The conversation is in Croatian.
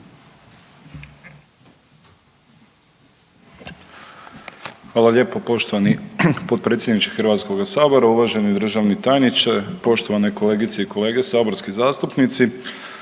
Hvala lijepo poštovani potpredsjedniče HS-a. Uvaženi državni tajniče, poštovane kolegice i kolege saborski zastupnici.